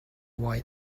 while